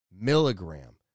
milligram